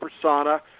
persona